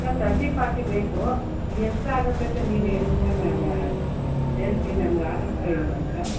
sir thirty forty ಬೇಕು ಎಷ್ಟಾಗುತ್ತೆ ಅಂತ ನೀವೇ ಹೇಳಿ ಸರ್ ನಾನು ಹೇಳ್ತೀನಿ ನಮ್ಗೆ ಆಗುತ್ತೋ ಇಲ್ಲವೋ ಅಂತ